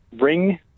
Ring